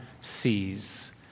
sees